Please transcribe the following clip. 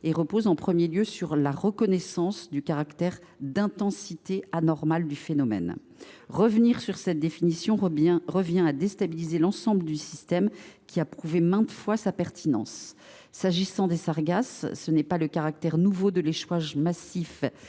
et repose en premier lieu sur la reconnaissance du caractère d’intensité anormale du phénomène. Revenir sur cette définition reviendrait à déstabiliser l’ensemble d’un système qui a prouvé maintes fois sa pertinence. Pour ce qui est des sargasses, ce n’est pas le caractère nouveau de l’échouage massif